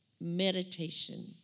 meditation